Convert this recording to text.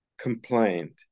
complained